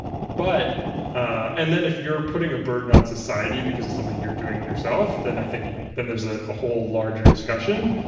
but and then if you're putting a burden on society because of something you're doing to yourself, then i think there's ah a whole larger discussion,